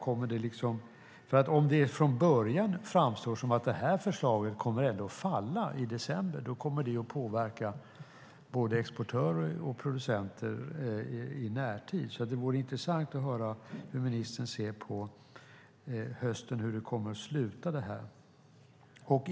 Om det redan från början framstår som att förslaget kommer att falla i december kommer det att påverka både exportörer och producenter i närtid. Det vore intressant att höra hur ministern tror att detta kommer att sluta.